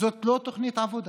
זו לא תוכנית עבודה.